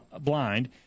blind